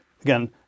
again